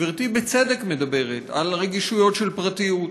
גברתי בצדק מדברת על הרגישויות של פרטיות,